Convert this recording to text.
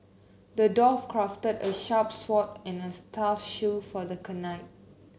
the dwarf crafted a sharp sword and nurse tough shield for the knight